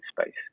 space